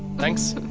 thanks.